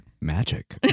magic